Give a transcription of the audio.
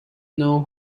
know